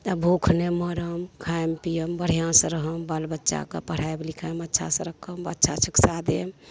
तऽ भुखे नहि मरब खाएब पियब बढ़िआँसे रहब बाल बच्चाकेँ पढ़ाएब लिखाएब अच्छासे राखब अच्छा शिक्षा देब